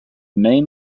main